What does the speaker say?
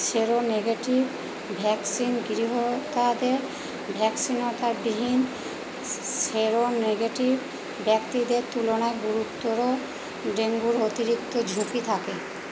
seronegative vaccine গ্রহীতাদের ভ্যাক্সিনতাবিহীন seronegative ব্যক্তিদের তুলনায় গুরুতর ডেঙ্গুর অতিরিক্ত ঝুঁকি থাকে